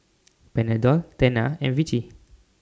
Panadol Tena and Vichy